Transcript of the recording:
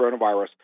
coronavirus